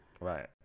right